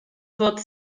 fod